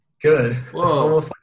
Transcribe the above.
Good